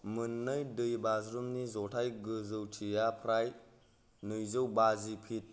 मोननै दै बाज्रुमनि जथाय गोजौथिया फ्राय नैजौ बाजि फिट